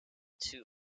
two